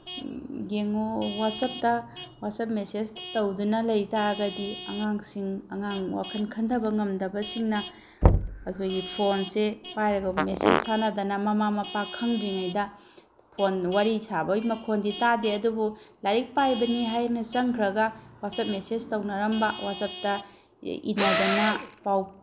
ꯌꯦꯡꯉꯨ ꯋꯥꯆꯞꯇ WhatsApp message ꯇꯧꯗꯨꯅ ꯂꯩꯇꯥꯔꯒꯗꯤ ꯑꯉꯥꯡꯁꯤꯡ ꯑꯉꯥꯡ ꯋꯥꯈꯟ ꯈꯟꯊꯕ ꯉꯝꯗꯕꯁꯤꯡꯅ ꯑꯩꯈꯣꯏꯒꯤ ꯐꯣꯟꯁꯦ ꯄꯥꯏꯔꯒ ꯃꯦꯁꯦꯖ ꯊꯥꯅꯗꯅ ꯃꯃꯥ ꯃꯄꯥ ꯈꯪꯗ꯭ꯔꯤꯉꯩꯗ ꯐꯣꯟ ꯋꯥꯔꯤ ꯁꯥꯕꯒꯤ ꯃꯈꯣꯟꯗꯤ ꯇꯥꯗꯦ ꯑꯗꯨꯕꯨ ꯂꯥꯏꯔꯤꯛ ꯄꯥꯕꯅꯤ ꯍꯥꯏꯅ ꯆꯪꯈ꯭ꯔꯒ ꯋꯥꯆꯞ ꯃꯦꯁꯦꯖ ꯇꯧꯅꯔꯝꯕ ꯋꯥꯆꯞꯇ ꯏꯅꯗꯅ ꯄꯥꯎ